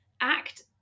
act